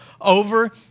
over